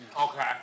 Okay